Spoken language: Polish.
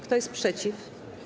Kto jest przeciw?